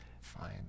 Fine